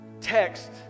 text